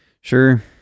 Sure